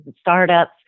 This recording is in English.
startups